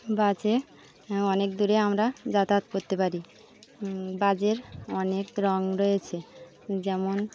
বাসে অনেক দূরে আমরা যাতায়াত করতে পারি বাসের অনেক রঙ রয়েছে যেমন